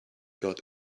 got